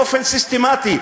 באופן סיסטמטי.